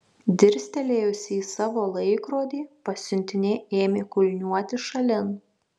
dirstelėjusi į savo laikrodį pasiuntinė ėmė kulniuoti šalin